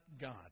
God